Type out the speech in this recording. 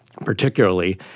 particularly